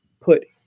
put